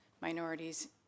minorities